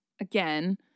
again